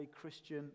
Christian